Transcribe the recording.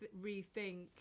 rethink